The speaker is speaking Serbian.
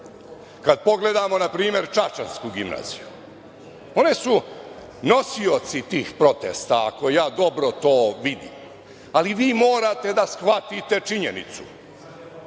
kada pogledamo npr. čačansku gimnaziju, one su nosioci tih protesta, ako je dobro to vidim, ali vi morate da shvatite činjenicu,